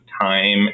time